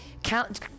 count